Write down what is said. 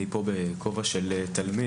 אני פה בכובע של תלמיד.